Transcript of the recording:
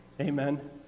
Amen